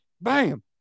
bam